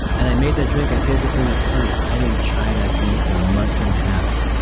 and i made that drink and here's the thing that's funny i didn't try that drink for a month and a half.